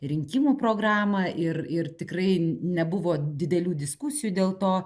rinkimų programą ir ir tikrai nebuvo didelių diskusijų dėl to